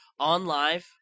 OnLive